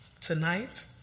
tonight